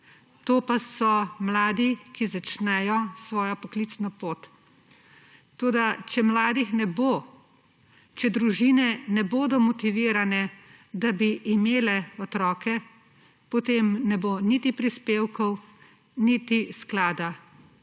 To pa so mladi, ki začnejo svojo poklicno pot. Toda, če mladih ne bo, če družine ne bodo motivirane, da bi imele otroke, potem ne bo niti prispevkov, niti sklada,